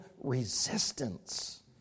resistance